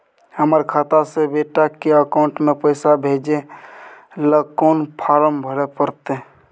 हमर खाता से बेटा के अकाउंट में पैसा भेजै ल कोन फारम भरै परतै?